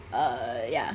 err ya